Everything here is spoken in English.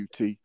UT